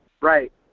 Right